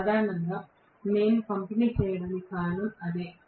సాధారణంగా మేము పంపిణీ చేయడానికి కారణం అదే